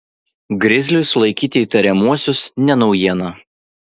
grizliui sulaikyti įtariamuosius ne naujiena